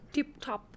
Tip-top